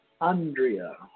Andrea